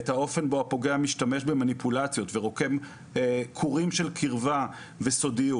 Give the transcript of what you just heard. את האופן שבו הפוגע משתמש במניפולציות ורוקם קורים של קרבה וסודיות.